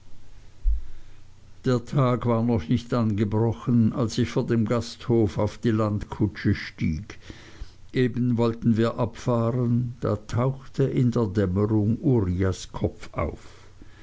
der tag war noch nicht angebrochen als ich vor dem gasthof auf die landkutsche stieg eben wollten wir abfahren da tauchte in der dämmerung uriahs kopf auf